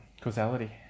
causality